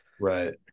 right